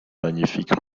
magnifique